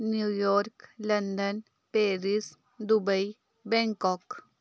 new York London Paris Dubai Bangkok